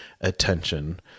attention